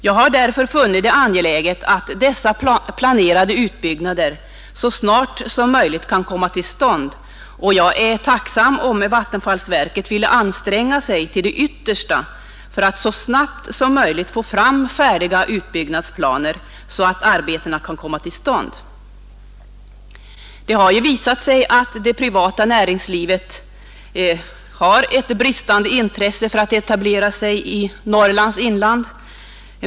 Jag har därför funnit det angeläget att dessa planerade utbyggnader så snart som möjligt kan komma till stånd, och jag är tacksam om vattenfallsverket ville anstränga sig till det yttersta för att så snabbt som möjligt få fram färdiga utbyggnadsplaner så att arbetena kan komma till stånd. Det har visat sig att det privata näringslivet har ett bristande intresse för att etablera sig i Norrlands inland.